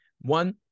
One